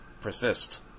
persist